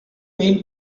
mean